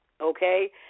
okay